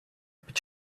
під